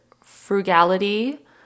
frugality